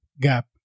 gap